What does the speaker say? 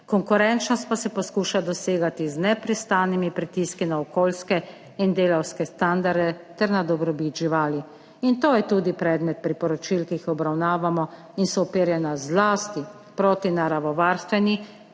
Konkurenčnost pa se poskuša dosegati z neprestanimi pritiski na okoljske in delavske standarde ter na dobrobit živali. In to je tudi predmet priporočil, ki jih obravnavamo in so uperjena zlasti proti naravovarstveni